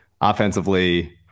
Offensively